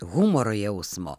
humoro jausmo